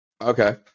Okay